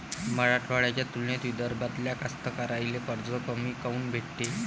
मराठवाड्याच्या तुलनेत विदर्भातल्या कास्तकाराइले कर्ज कमी काऊन मिळते?